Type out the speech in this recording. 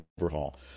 overhaul